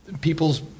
people's